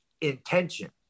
intention